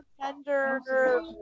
tender